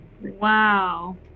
Wow